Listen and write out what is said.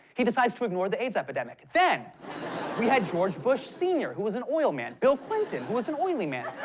he decides to ignore the aids epidemic. then we had george bush sr, who was an oil man. bill clinton who was an oily man.